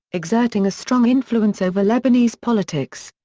exerting a strong influence over lebanese politics.